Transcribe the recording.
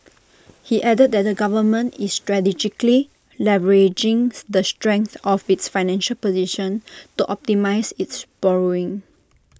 he added that the government is strategically leveraging the strength of its financial position to optimise its borrowing